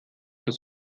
das